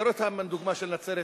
אני נותן דוגמה את נצרת-עילית.